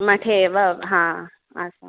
मठे एव हा आसम्